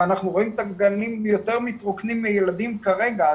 ואנחנו רואים את הגנים מתרוקנים מילדים כרגע.